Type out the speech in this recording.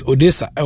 Odessa